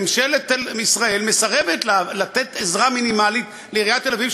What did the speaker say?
ממשלת ישראל מסרבת לתת עזרה מינימלית לעיריית תל-אביב,